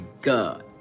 God